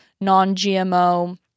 non-GMO